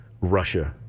Russia